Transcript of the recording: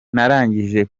narangije